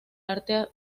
arte